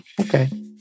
Okay